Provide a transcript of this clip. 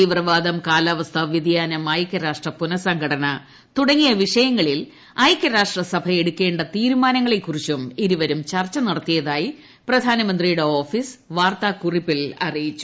തീവ്രവാദം കാലാവസ്ഥ വ്യതിയാനം ഐക്യരാഷ്ട്ര പുനഃസംഘടന തുടങ്ങിയ വിഷയങ്ങളിൽ ഐക്യരാഷ്ട്രസഭ എടുക്കേണ്ട തീരുമാനങ്ങളെക്കുറിച്ചും ഇരുവരും ചർച്ച നടത്തിയതായി പ്രധാനമന്ത്രിയുടെ ഓഫീസ് പത്രക്കുറിപ്പിൽ അറിയിച്ചു